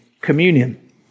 communion